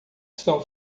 são